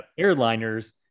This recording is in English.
airliners